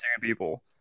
people